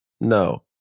No